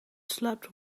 slept